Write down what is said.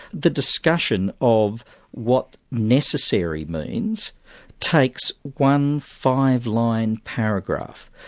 the discussion of what necessary means takes one five line paragraph.